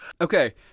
Okay